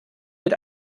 mit